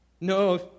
no